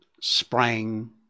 sprang